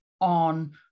on